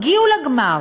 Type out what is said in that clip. הגיעו לגמר